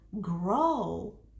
grow